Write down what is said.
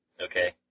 Okay